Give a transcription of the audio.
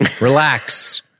Relax